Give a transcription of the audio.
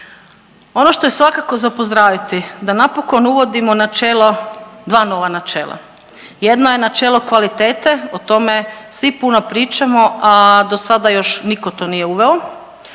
Ono što je svakako za pozdraviti da napokon uvodimo načelo, 2 nova načela. Jedno je načelo kvalitete, o tome svi puno pričamo, a do sada još nitko to nije uveo.